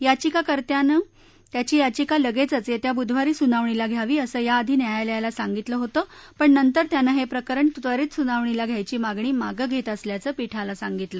याचिकार्त्यांनं त्याची याचिका लगेचच येत्या बुधवारी सुनावणीला घ्यावी असं या आधी न्यायालयाला सांगितलं होतं पण नंतर त्यानं हे प्रकरण त्वरीत सुनावणीला घ्यायची मागणी मागे घेत असल्याचं पीठाला सांगितलं